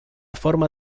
forma